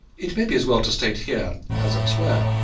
it may be as well to state here, as elsewhere,